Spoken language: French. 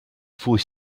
faut